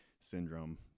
syndrome